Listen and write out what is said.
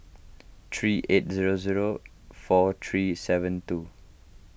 three eight zero zero four three seven two